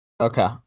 Okay